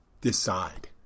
decide